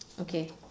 Okay